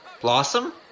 Blossom